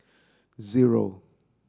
zero